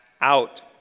out